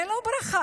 זה לא ברכה,